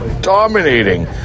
dominating